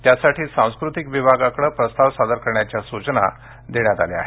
त्यासाठी सांस्कृतिक विभागास प्रस्ताव सादर करण्याच्या सूचना देण्यात आल्या आहेत